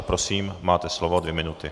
Prosím, máte slovo, dvě minuty.